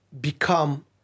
become